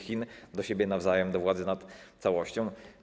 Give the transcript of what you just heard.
Chin do siebie nawzajem, do władzy nad całością.